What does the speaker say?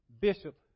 Bishop